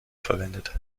verwendet